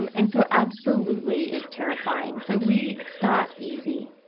and and so, absolutely it's terrifying. so, we start easy.